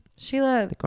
Sheila